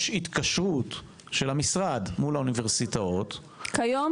יש התקשרות של המשרד מול האוניברסיטאות --- כיום